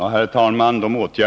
Herr talman!